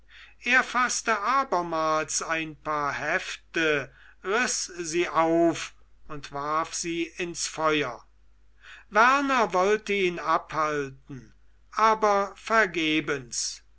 er faßte abermals ein paar hefte an riß sie auf und warf sie ins feuer werner wollte ihn abhalten aber vergebens